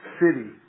city